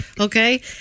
Okay